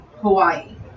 Hawaii